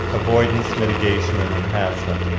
avoidance, mitigation and enhancement.